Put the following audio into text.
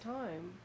time